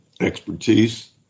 expertise